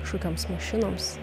kažkokioms mašinoms